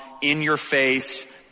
in-your-face